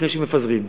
לפני שמפזרים.